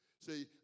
see